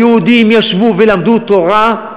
היהודים ישבו ולמדו תורה,